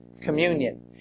communion